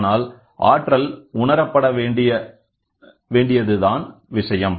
ஆனால் ஆற்றல் உணரப்பட வேண்டியது தான் விஷயம்